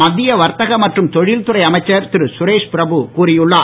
மத்திய வர்த்தக மற்றும் தொழில் துறை அமைச்சர் திரு சுரேஷ்பிரபு கூறி உள்ளார்